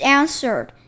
answered